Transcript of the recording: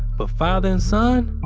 but father and son,